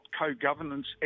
co-governance